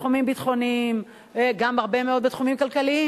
בתחומים ביטחוניים, גם הרבה מאוד בתחומים כלכליים.